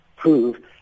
prove